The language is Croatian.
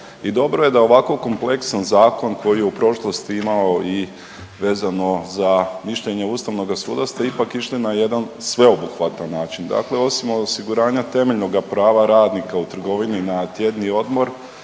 I dobro je da ovako kompleksan zakon koji je u prošlosti imao i vezano za mišljenje Ustavnoga suda ste ipak išli na jedan sveobuhvatan način. Dakle, osim osiguranja temeljnoga prava radnika u trgovini na tjedni odmor